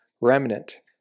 remnant